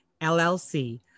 LLC